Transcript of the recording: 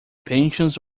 pensions